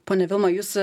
ponia vilma jūs